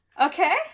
Okay